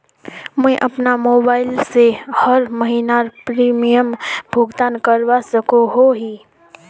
मुई अपना मोबाईल से हर महीनार प्रीमियम भुगतान करवा सकोहो ही?